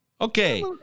Okay